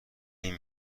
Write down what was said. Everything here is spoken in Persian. این